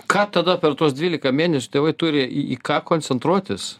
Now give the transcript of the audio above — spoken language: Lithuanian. ką tada per tuos dvylika mėnesių tėvai turi į į ką koncentruotis